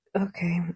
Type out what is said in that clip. Okay